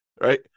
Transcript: right